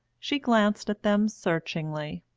she glanced at them searchingly.